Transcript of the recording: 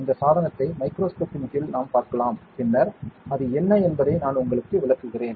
இந்த சாதனத்தை மைக்ரோஸ்கோப் இன் கீழ் நாம் பார்க்கலாம் பின்னர் அது என்ன என்பதை நான் உங்களுக்கு விளக்குகிறேன்